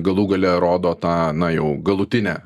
galų gale rodo tą na jau galutinę